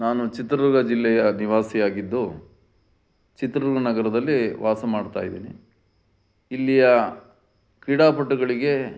ನಾನು ಚಿತ್ರದುರ್ಗ ಜಿಲ್ಲೆಯ ನಿವಾಸಿಯಾಗಿದ್ದು ಚಿತ್ರ ನಗರದಲ್ಲಿ ವಾಸ ಮಾಡ್ತಾ ಇದ್ದೀನಿ ಇಲ್ಲಿಯ ಕ್ರೀಡಾಪಟುಗಳಿಗೆ